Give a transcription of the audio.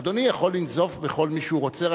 אדוני יכול לנזוף בכל מי שהוא רוצה,